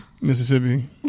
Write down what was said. Mississippi